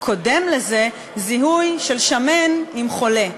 קודם לזה, זיהוי של שמן עם חולה.